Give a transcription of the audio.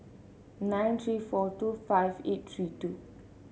nine three four two five eight three two